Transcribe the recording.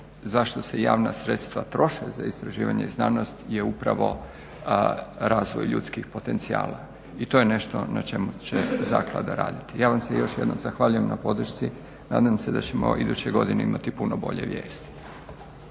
zašto se javna sredstva troše za istraživanje, znanost je upravo razvoj ljudskih potencijala i to je nešto na čemu će Zaklada raditi. Ja vam se još jednom zahvaljujem na podršci. Nadam se da ćemo iduće godine imati puno bolje vijesti.